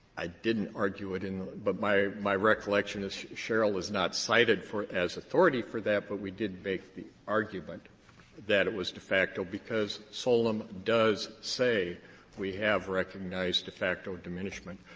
i didn't argue it, and but my my recollection is sherrill is not cited for as authority for that, but we did make the argument that it was de facto because solem does say we have recognized de facto diminishment.